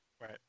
Right